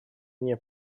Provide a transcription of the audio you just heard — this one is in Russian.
мне